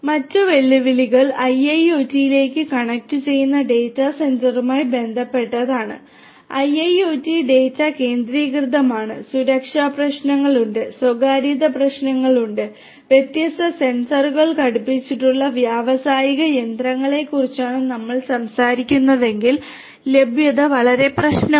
മറ്റ് വെല്ലുവിളികൾ IIoT ലേക്ക് കണക്റ്റുചെയ്യുന്ന ഡാറ്റാ സെന്ററുമായി ബന്ധപ്പെട്ടതാണ് IIoT ഡാറ്റ കേന്ദ്രീകൃതമാണ് സുരക്ഷാ പ്രശ്നങ്ങൾ ഉണ്ട് സ്വകാര്യത പ്രശ്നങ്ങൾ ഉണ്ട് വ്യത്യസ്ത സെൻസറുകൾ ഘടിപ്പിച്ചിട്ടുള്ള വ്യാവസായിക യന്ത്രങ്ങളെക്കുറിച്ചാണ് നമ്മൾ സംസാരിക്കുന്നതെങ്കിൽ ലഭ്യത വളരെ പ്രധാനമാണ്